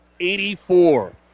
84